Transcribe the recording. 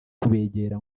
kubegera